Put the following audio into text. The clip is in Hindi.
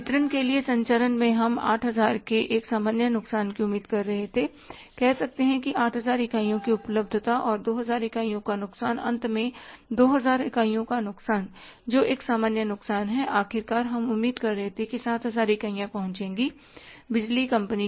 वितरण के लिए संचरण में हम 8000 के एक सामान्य नुकसान की उम्मीद कर रहे थे कह सकते हैं 8000 इकाइयों की उपलब्धता और 2000 इकाइयों का नुकसान अंत में 2000 इकाइयों का नुकसान जो एक सामान्य नुकसान है आखिरकार हम उम्मीद कर रहे थे कि 7000 इकाइयां पहुंचेंगी बिजली कंपनी